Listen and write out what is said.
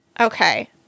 Okay